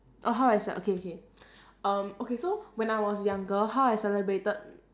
oh how I ce~ okay okay um okay so when I was younger how I celebrated